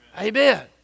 Amen